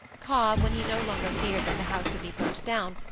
cobb, when he no longer feared that the house would be burnt down,